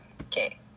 Okay